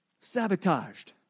Sabotaged